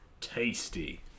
Tasty